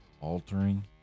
altering